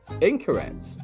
Incorrect